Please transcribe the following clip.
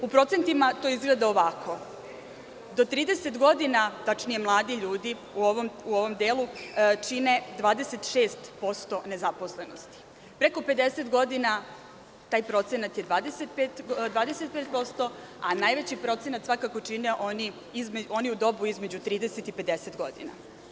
U procentima to izgleda ovako – do 30 godina, tačnije mladi ljudi, u ovom delu čine 26% nezaposlenosti, preko 50 godina taj procenat je 25%, a najveći procenat svakako čine oni u dobu između 30 i 50 godina.